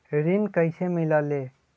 ऋण कईसे मिलल ले?